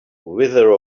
wither